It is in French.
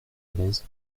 dolez